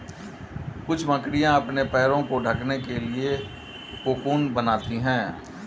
कुछ मकड़ियाँ अपने पैरों को ढकने के लिए कोकून बनाती हैं